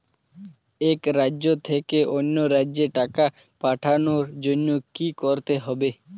এক রাজ্য থেকে অন্য রাজ্যে টাকা পাঠানোর জন্য কী করতে হবে?